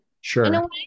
Sure